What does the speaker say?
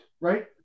right